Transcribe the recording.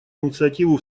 инициативу